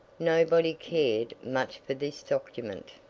nobody cared much for this document.